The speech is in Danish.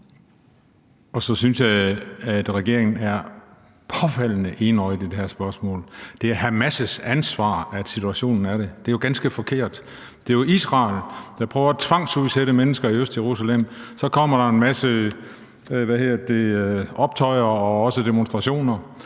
Og så synes jeg, at regeringen er påfaldende enøjet i det her spørgsmål. Det er Hamas' ansvar, at situationen er der. Det er ganske forkert. Det er jo Israel, der prøver at tvangsudsætte mennesker i Østjerusalem. Så kommer der en masse optøjer og også demonstrationer,